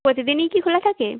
প্রতিদিনই কি খোলা থাকে